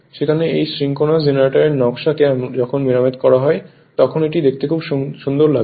সেখানে এই সিঙ্ক্রোনাস জেনারেটরের নকশাকে যখন মেরামত করা হয় তখন এটি দেখতে খুব সুন্দর লাগে